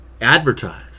advertise